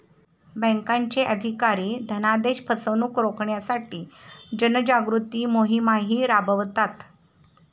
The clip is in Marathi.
बँकांचे अधिकारी धनादेश फसवणुक रोखण्यासाठी जनजागृती मोहिमाही राबवतात